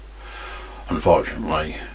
Unfortunately